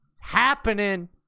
happening